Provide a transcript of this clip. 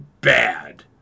bad